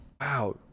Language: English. Wow